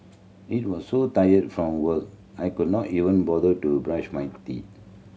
it was so tired from work I could not even bother to brush my teeth